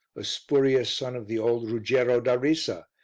a spurious son of the old ruggiero da risa,